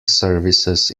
services